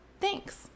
Thanks